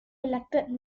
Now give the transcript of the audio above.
elected